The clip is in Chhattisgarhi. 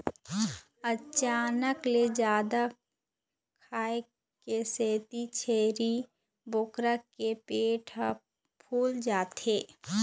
अचानक ले जादा खाए के सेती छेरी बोकरा के पेट ह फूल जाथे